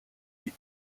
est